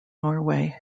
norway